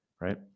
right